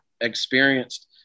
experienced